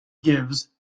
gives